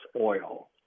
Oil